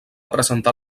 presentar